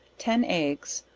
ten eggs,